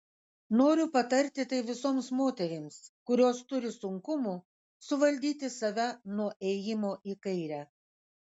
noriu patarti tai visoms moterims kurios turi sunkumų suvaldyti save nuo ėjimo į kairę